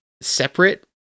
separate